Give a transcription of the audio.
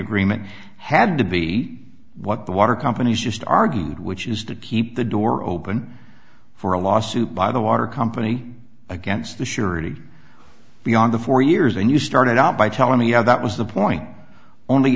agreement had to be what the water companies just argued which is to keep the door open for a lawsuit by the water company against the surety beyond the four years and you started out by telling me yeah that was the point only